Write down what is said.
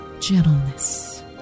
gentleness